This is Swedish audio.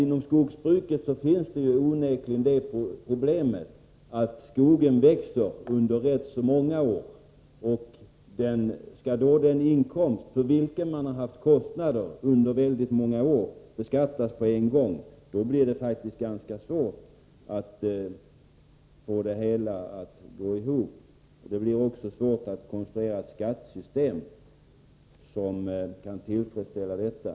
Inom skogsbruket har man onekligen det problemet att skogen växer under ganska många år, medan den inkomst för vilken man under många år har haft kostnader skall beskattas på en gång. Då blir det faktiskt ganska svårt att få det hela att gå ihop. Det blir också svårt att konstruera ett skattesystem där hänsyn tas till detta.